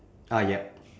ah yup